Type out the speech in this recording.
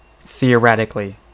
theoretically